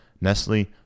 nestle